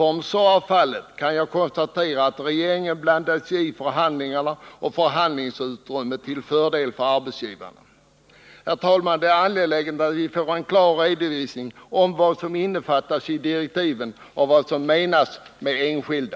Om så är fallet kan jag konstatera att regeringen blandat sig i förhandlingarna och förhandlingsutrymmet till fördel för arbetsgivarna. Fru talman! Det är angeläget att vi får en klar redovisning av vad som innefattas i direktiven och vad som menas med ”enskilda”.